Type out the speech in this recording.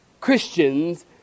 Christians